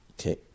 Okay